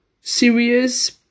serious